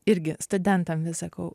irgi studentam vis sakau